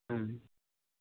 ம்